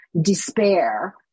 despair